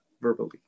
verbally